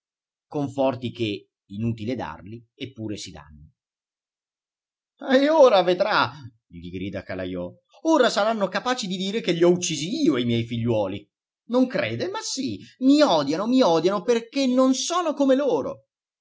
conforti che inutile darli eppure si danno e ora vedrà gli grida calajò ora saranno capaci di dire che li ho uccisi io i miei figliuoli non crede ma sì i odiano mi odiano perché non sono come loro